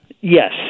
Yes